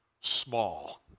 small